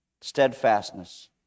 steadfastness